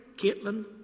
Caitlin